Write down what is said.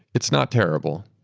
it's not terrible,